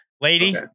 lady